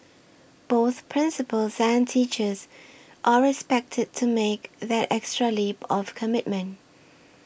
both principals and teachers are expected to make that extra leap of commitment